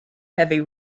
heavy